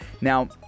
Now